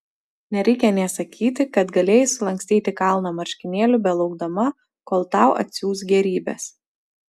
nereikia nė sakyti kad galėjai sulankstyti kalną marškinėlių belaukdama kol tau atsiųs gėrybes